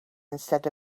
instead